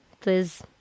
please